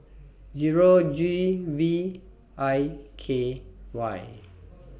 Zero G V I K Y